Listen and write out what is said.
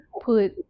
Put